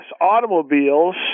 automobiles